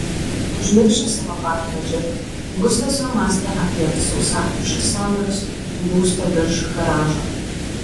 užmiršęs savo pažadą džekui gustas jau mąstė apie sausakimšą sandros būstą virš garažo